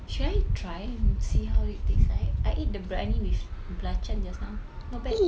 should I try and see how it taste like I ate the briyani with belacan just now not bad